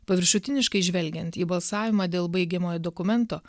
paviršutiniškai žvelgiant į balsavimą dėl baigiamojo dokumento